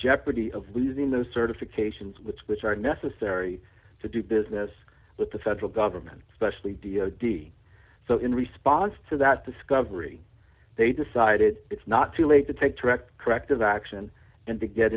jeopardy of losing those certifications which which are necessary to do business d with the federal government especially so in response to that discovery they decided d it's not too late to take direct corrective action and to get